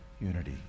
unity